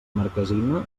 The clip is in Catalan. marquesina